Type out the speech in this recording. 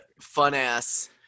fun-ass –